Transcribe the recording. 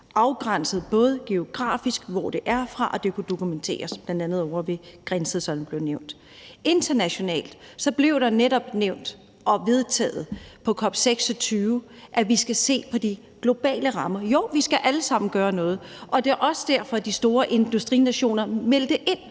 afgrænsede geografisk, altså hvor det er fra, og det kunne dokumenteres, bl.a. ovre ved Grindsted, som det blev nævnt. Internationalt blev der netop på COP26 nævnt og vedtaget, at vi skal se på de globale rammer. Jo, vi skal alle sammen gøre noget, og det er også derfor, at de store industrinationer meldte ind.